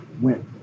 went